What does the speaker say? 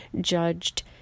judged